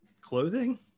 Clothing